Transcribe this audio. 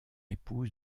épouse